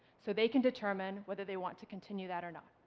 so they can determine whether they want to continue that or not.